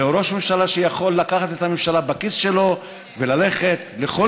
זהו ראש ממשלה שיכול לקחת את הממשלה בכיס שלו וללכת לכל